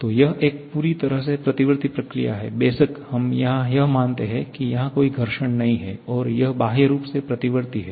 तो यह एक पूरी तरह से प्रतिवर्ती प्रक्रिया है बेशक हम यहाँ यह मानते है कि यहाँ कोई घर्षण नहीं है और यह बाह्य रूप से प्रतिवर्ती है